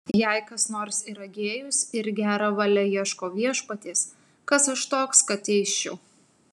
jei kas nors yra gėjus ir gera valia ieško viešpaties kas aš toks kad teisčiau